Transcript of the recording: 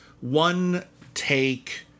one-take